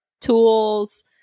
tools